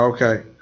Okay